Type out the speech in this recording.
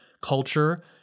culture